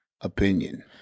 opinion